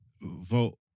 Vote